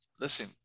listen